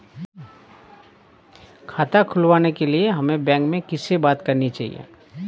खाता खुलवाने के लिए हमें बैंक में किससे बात करनी चाहिए?